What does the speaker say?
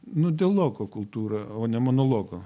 nu dialogo kultūra o ne monologo